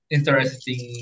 Interesting